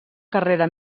carrera